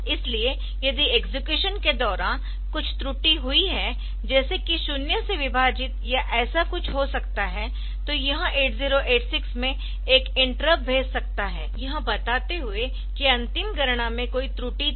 इसलिए यदि एग्जीक्यूशन के दौरान कुछ त्रुटि हुई है जैसे कि शून्य से विभाजित या ऐसा कुछ हो सकता है तो यह 8086 में एक इंटरप्ट भेज सकता है यह बताते हुए कि अंतिम गणना में कोई त्रुटि थी